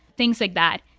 things like that.